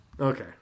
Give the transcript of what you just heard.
okay